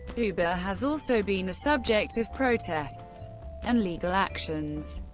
uber has also been the subject of protests and legal actions.